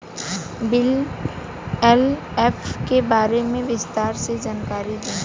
BLF के बारे में विस्तार से जानकारी दी?